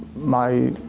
my,